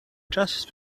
just